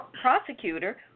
prosecutor